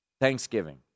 Thanksgiving